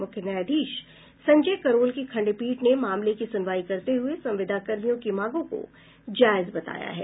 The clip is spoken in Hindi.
मुख्य न्यायाधीश संजय करोल की खंडपीठ ने मामले की सुनवाई करते हुए संविदा कर्मियों की मांगों को जायज बताया है